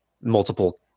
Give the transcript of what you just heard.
multiple